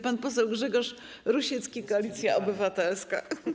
Pan poseł Grzegorz Rusiecki, Koalicja Obywatelska.